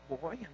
boy